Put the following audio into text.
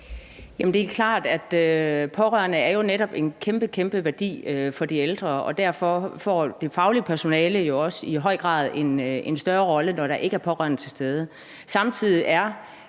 Det er klart. Pårørende er jo netop en kæmpe, kæmpe værdi for de ældre, og derfor får det faglige personale i høj grad også en større rolle, når der ikke er pårørende til stede.